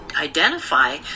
identify